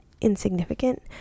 insignificant